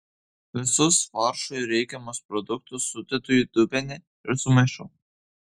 visus faršui reikiamus produktus sudedu į dubenį ir sumaišau